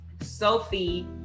Sophie